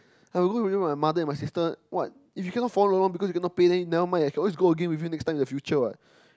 I will go Europe with my mother and my sister what if you cannot follow because you cannot pay then never mind I can always go again with you next time in the future what